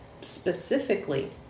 specifically